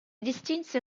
distinse